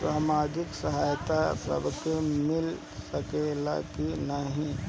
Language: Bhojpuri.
सामाजिक सहायता सबके मिल सकेला की नाहीं?